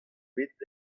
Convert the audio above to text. bet